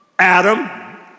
Adam